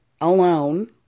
alone